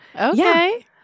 Okay